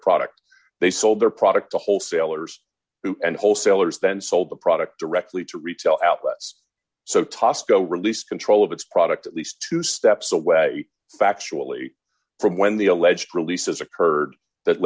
product they sold their product to wholesalers and wholesalers then sold the product directly to retail outlets so tasco released control of its product at least two steps away factually from when the alleged releases occurred that